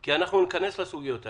כי אנחנו ניכנס לסוגיות האלו.